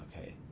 okay